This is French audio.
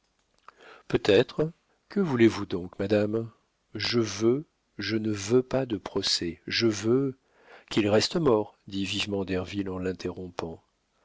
peut-être que voulez-vous donc madame je veux je ne veux pas de procès je veux qu'il reste mort dit vivement derville en l'interrompant